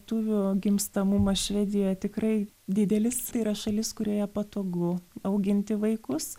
lietuvių gimstamumas švedijoje tikrai didelis tai yra šalis kurioje patogu auginti vaikus